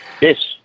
Yes